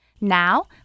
Now